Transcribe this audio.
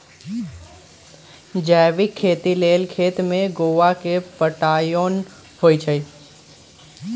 जैविक खेती लेल खेत में गोआ के पटाओंन होई छै